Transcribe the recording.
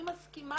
אני מסכימה